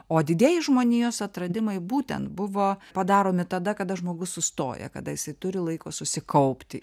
o didieji žmonijos atradimai būtent buvo padaromi tada kada žmogus sustoja kada jisai turi laiko susikaupti